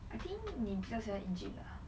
I think 你比较喜欢 egypt lah